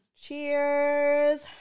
Cheers